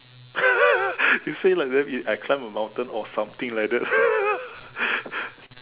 you say like I climb a mountain or something like that